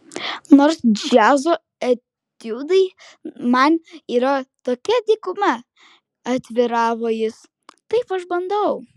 nors džiazo etiudai man yra tokia dykuma atviravo jis taip aš bandau